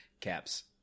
Caps